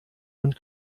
und